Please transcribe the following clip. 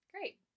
great